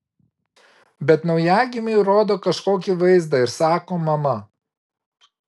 bet naujagimiui rodo kažkokį vaizdą ir sako mama